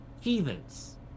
heathens